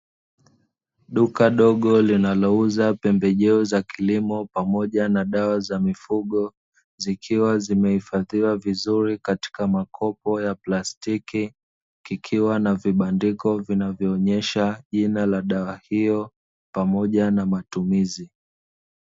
Duka dogo linalouza pembejeo za kilimo pamoja na dawa za mifugo, zikiwa zimehifadhiwa vizuri katika makopo ya plastiki, kukiwa na vibandiko vinavyo onyesha jina la dawa hiyo, pamoja na matumizi.